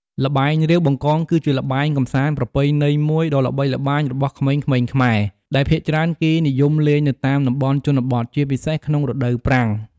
ល្បែងរាវបង្កង គឺជាល្បែងកម្សាន្តប្រពៃណីមួយដ៏ល្បីល្បាញរបស់ក្មេងៗខ្មែរ ដែលភាគច្រើនគេនិយមលេងនៅតាមតំបន់ជនបទ ជាពិសេសក្នុងរដូវប្រាំង។